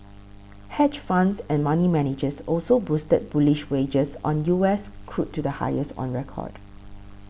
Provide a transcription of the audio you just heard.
hedge funds and money managers also boosted bullish wagers on U S crude to the highest on record